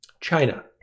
China